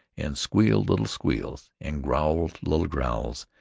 and squealed little squeals, and growled little growls,